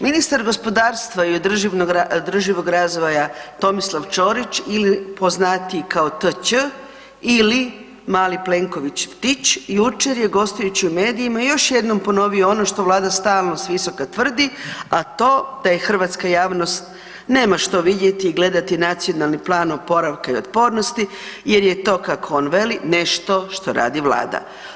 Ministar gospodarstva i održivog razvoja Tomislav Ćorić ili poznatiji kao TĆ, ili mali Plenković ptić jučer je gostujući u medijima još jednom ponovio ono što Vlada stalno s visoka tvrdi, a to da hrvatska javnost nema što vidjeti i gledati Nacionalni plan oporavka i otpornosti jer je to kako on veli nešto što radi Vlada.